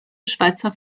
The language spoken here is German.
schweizer